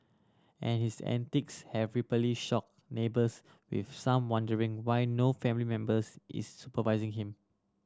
and his antics have repeatedly shocked neighbours with some wondering why no family members is supervising him